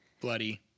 bloody